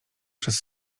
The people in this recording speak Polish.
przez